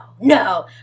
no